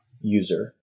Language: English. user